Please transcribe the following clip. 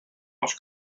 les